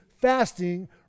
fasting